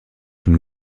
une